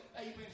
amen